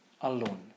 alone